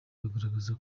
bagaragaza